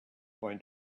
going